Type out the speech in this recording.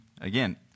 again